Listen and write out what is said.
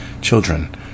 children